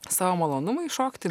savo malonumui šokti